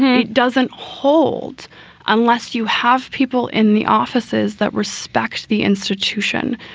he doesn't hold unless you have people in the offices that respects the institution,